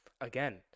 again